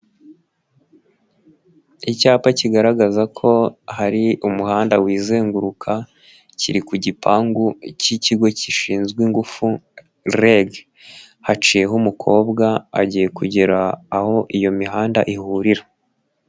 Icyapa kigaragaza ko hari umuhanda wizenguruka, kiri ku gipangu cy'ikigo gishinzwe ingufu Rege haciyeho umukobwa, agiye kugera aho iyo mihanda ihurira.